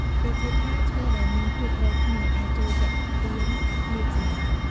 គេជឿថាឈ្មោះដែលមានធាតុត្រូវគ្នា អាចជួយទាក់ទាញលាភសំណាង។